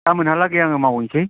गाबोनहालागै आङो मावहैनोसै